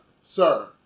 sir